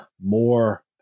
more